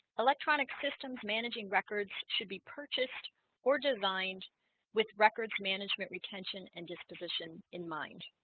electronic systems managing records should be purchased or designed with records management retention and disposition in mind